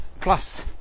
plus